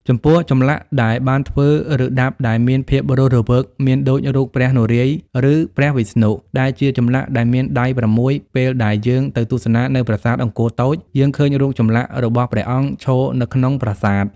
ចំពោះចម្លាក់ដែលបានធ្វើឬដាប់ដែលមានភាពរស់រវើកមានដូចរូបព្រះនរាយណ៍ឬព្រះវិស្ណុដែលជាចម្លាក់ដែលមានដៃ៦ពេលដែលយើងទៅទស្សនានៅប្រាសាទអង្គរតូចយើងឃើញរូបសំណាក់របស់ព្រះអង្គឈរនៅក្នុងប្រាសាទ។